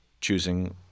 choosing